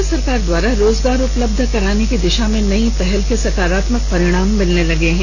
राज्य सरकार द्वारा रोजगार उपलब्ध कराने की दिशा में नई पहल के सकारात्मक परिणाम मिलने लगे हैं